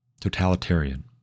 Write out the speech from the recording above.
totalitarian